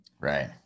Right